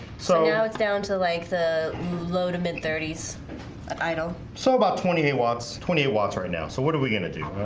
so now it's down to like the low to mid thirty s idle so about twenty eight watts twenty eight watts right now, so what are we gonna? do